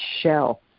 shell